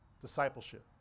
Discipleship